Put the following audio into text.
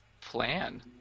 plan